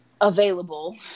available